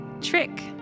Trick